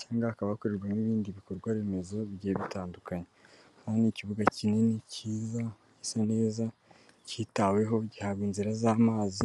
cyangwa hakaba hakorerwa n'ibindi bikorwa remezo bigiye bitandukanye, hamwe n'ikibuga kinini cyiza gisa neza, cyitaweho, gihabwa inzira z'amazi.